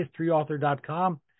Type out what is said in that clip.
historyauthor.com